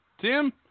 Tim